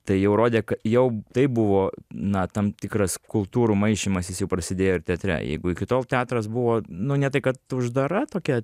tai jau rodė ka jau tai buvo na tam tikras kultūrų maišymasis jau prasidėjo ir teatre jeigu iki tol teatras buvo nu ne tai kad uždara tokia